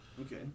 Okay